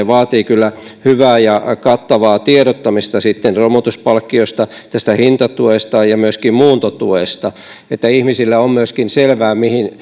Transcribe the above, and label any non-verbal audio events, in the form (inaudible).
(unintelligible) vaatii kyllä sitten hyvää ja kattavaa tiedottamista romutuspalkkiosta tästä hintatuesta ja myöskin muuntotuesta jotta ihmisille on myöskin selvää